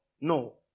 no